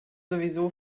sowieso